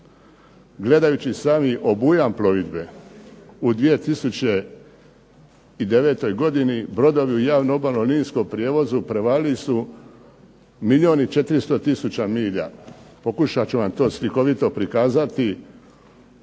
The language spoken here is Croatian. Gledajući sami obujam plovidbe u 2009. godini brodovi u javnom obalnom linijskom prijevozu prevalili su milijun i 400 tisuća milja. Pokušat ću vam to slikovito prikazati